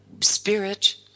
spirit